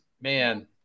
man